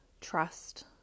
trust